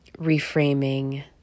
reframing